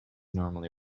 normally